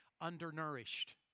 undernourished